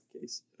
case